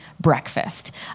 breakfast